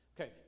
Okay